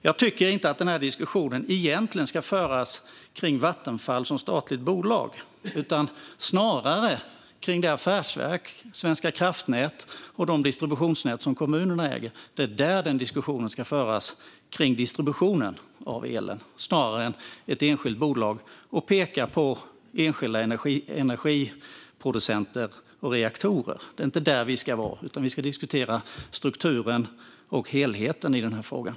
Jag tycker inte att denna diskussion egentligen ska föras kring Vattenfall som statligt bolag utan snarare kring Affärsverket svenska kraftnät och de distributionsnät som kommunerna äger. Diskussionen ska föras kring distributionen av elen snarare än kring ett enskilt bolag och snarare än att peka på enskilda energiproducenter och reaktorer. Det är inte där vi ska vara, utan vi ska diskutera strukturen och helheten i frågan.